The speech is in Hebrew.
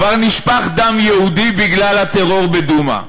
כבר נשפך דם יהודי בגלל הטרור בדומא.